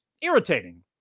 irritating